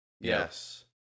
yes